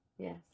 yes